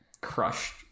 crushed